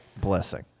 blessing